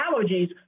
allergies